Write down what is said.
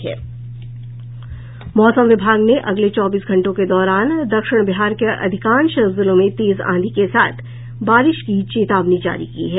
मौसम विभाग ने अगले चौबीस घंटों के दौरान दक्षिण बिहार के अधिकांश जिलों में तेज आंधी के साथ बारिश की चेतावनी जारी की है